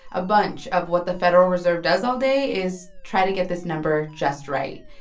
a bunch of what the federal reserve does all day is try to get this number just right.